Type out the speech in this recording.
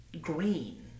green